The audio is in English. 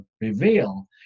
reveal